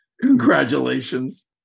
Congratulations